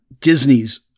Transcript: Disney's